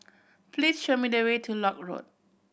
please show me the way to Lock Road